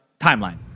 timeline